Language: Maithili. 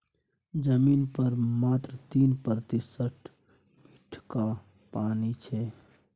जमीन पर मात्र तीन प्रतिशत मीठका पानि छै